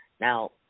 Now